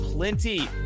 Plenty